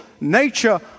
nature